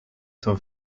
some